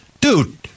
dude